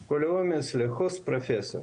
--- פרופסור,